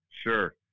Sure